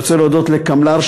אני רוצה להודות לקמל"ר,